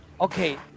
okay